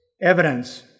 evidence